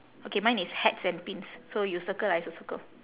okay mine is hats and pins so you circle I also circle